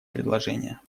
предложение